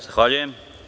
Zahvaljujem.